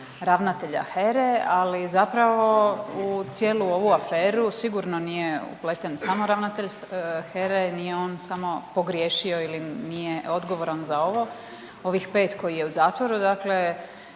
ravnatelja HERE, ali zapravo u cijelu ovu aferu sigurno nije upleten samo ravnatelj HERE, nije on samo pogriješio ili nije odgovoran za ovo. Ovih 5 kojih je zatvoru dakle